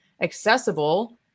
accessible